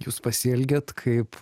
jūs pasielgėt kaip